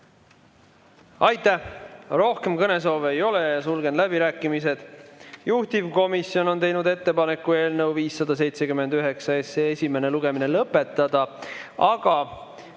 Aitäh! Rohkem kõnesoove ei ole ja sulgen läbirääkimised. Juhtivkomisjon on teinud ettepaneku eelnõu 579 esimene lugemine lõpetada, aga